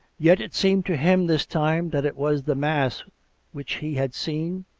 yet it seemed to him this time that it was the mass which he had seen,